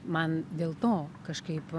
man dėl to kažkaip